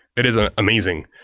it is ah amazing.